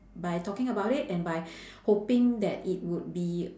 by talking about it and by hoping that it would be